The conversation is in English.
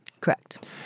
Correct